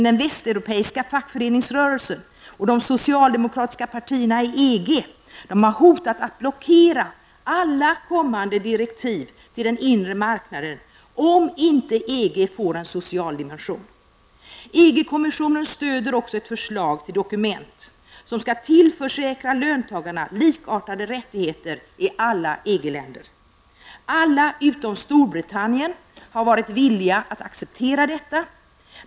Den västeuropeiska fackföreningsrörelsen och de socialdemokratiska partierna i EG har dock hotat att blockera alla kommande direktiv till den inre marknaden om EG inte får en social dimension. EG-kommissionen stöder också ett förslag till dokument som skall tillförsäkra löntagarna likartade rättigheter i alla EG-länder. Alla länder utom Storbritannien har varit villiga att acceptera detta.